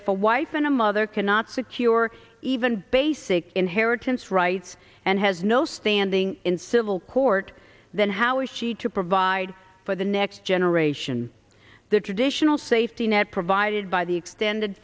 if a wife and a mother cannot secure even basic inheritance rights and has no standing in civil court then how is she to provide for the next generation the traditional safety net provided by the extended